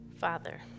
Father